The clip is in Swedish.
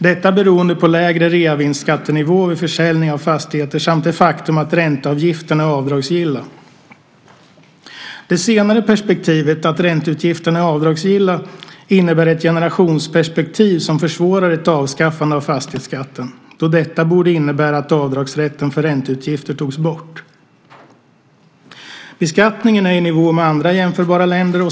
Detta skulle bero på lägre reavinstskattenivå vid försäljning av fastigheter samt det faktum att ränteutgifterna är avdragsgilla. Det senare perspektivet, att ränteutgifterna är avdragsgilla, innebär ett generationsperspektiv som försvårar ett avskaffande av fastighetsskatten. Detta borde innebära att avdragsrätten för ränteutgifter tas bort. Beskattningen är i nivå med andra jämförbara länder.